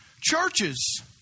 churches